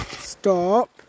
stop